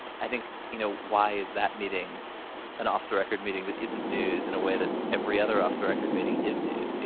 i think, you know, why is that meeting an off the record meeting that isn't news in a way that every other off the record meeting is news? yeah